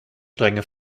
strenge